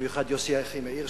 במיוחד יוסי אחימאיר,